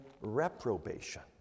reprobation